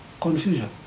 Confusion